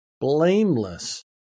blameless